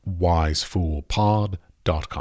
wisefoolpod.com